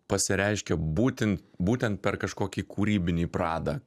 pasireiškia būtent būtent per kažkokį kūrybinį pradą